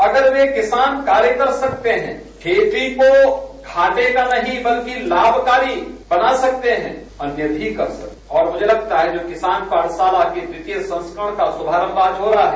अगर वे किसान कार्य कर सकते है खेती को घाटे का नहीं बल्कि लाभकारी बना सकते है उन्नति कर सकते है और मुझे लगता है कि जो किसान पाठशाला द्वितीय संस्कारण का शुभारम्भ आज हो रहा है